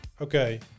Okay